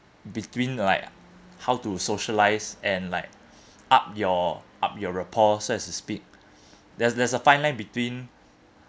between like how to socialise and like up your up your rapport so as to speak there's there's a fine line between